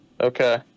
Okay